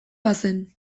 bazen